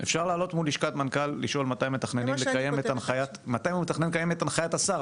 אפשר לעלות מול לשכת המנכ"ל לשאול מתי מתכננים לקיים את הנחיית השר,